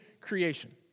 creation